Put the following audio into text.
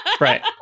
right